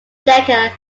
decker